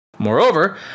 Moreover